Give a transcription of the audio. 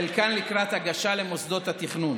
חלקן לקראת הגשה למוסדות התכנון,